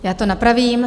Já to napravím.